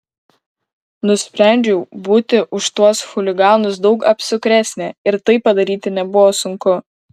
nusprendžiau būti už tuos chuliganus daug apsukresnė ir tai padaryti nebuvo sunku